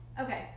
okay